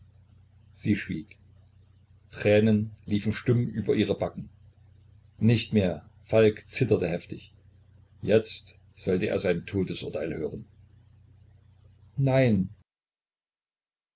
sie schwieg tränen liefen stumm über ihre backen nicht mehr falk zitterte heftig jetzt sollte er sein todesurteil hören nein